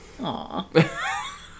Aw